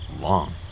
long